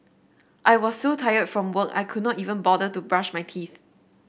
I was so tired from work I could not even bother to brush my teeth